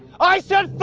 i said